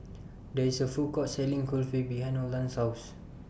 There IS A Food Court Selling Kulfi behind Olan's House